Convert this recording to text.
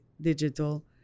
digital